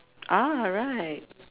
ah right